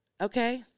okay